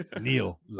Neil